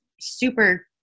super